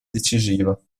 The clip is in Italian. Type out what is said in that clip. decisiva